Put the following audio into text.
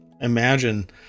Imagine